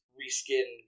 reskin